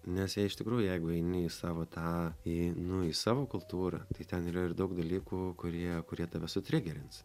nes jei iš tikrųjų jeigu eini į savo tą į nu į savo kultūrą tai ten yra ir daug dalykų kurie kurie tave sutrigerins